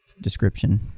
description